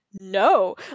no